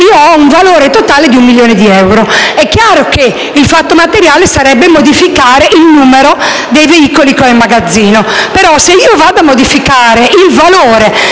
avrò un valore totale di 1 milione di euro. È chiaro che il fatto materiale consisterebbe nel modificare il numero dei veicoli che ho in magazzino;